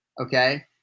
Okay